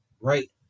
Right